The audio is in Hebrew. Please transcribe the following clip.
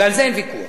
ועל זה אין ויכוח.